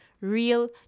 real